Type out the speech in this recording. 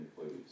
please